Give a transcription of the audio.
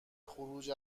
خروج